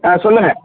ஆ சொல்லுங்கள்